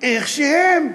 איך שהם,